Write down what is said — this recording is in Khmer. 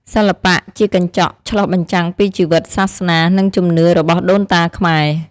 សិល្បៈជាកញ្ចក់ឆ្លុះបញ្ចាំងពីជីវិត សាសនា និងជំនឿរបស់ដូនតាខ្មែរ។